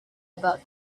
about